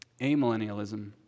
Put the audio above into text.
amillennialism